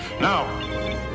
Now